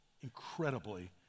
incredibly